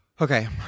Okay